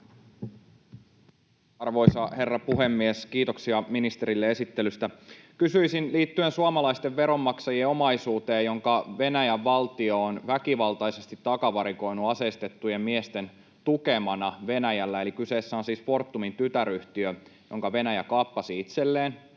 Arvoisa herra puhemies! Kiitoksia ministerille esittelystä. Kysymykseni liittyy suomalaisten veronmaksajien omaisuuteen, jonka Venäjän valtio on väkivaltaisesti takavarikoinut aseistettujen miesten tukemana Venäjällä, eli kyseessä on siis Fortumin tytäryhtiö, jonka Venäjä kaappasi itselleen.